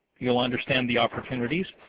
youill understand the opportunities.